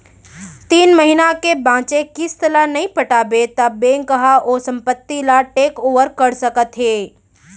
तीन महिना के बांचे किस्त ल नइ पटाबे त बेंक ह ओ संपत्ति ल टेक ओवर कर सकत हे